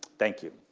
thank you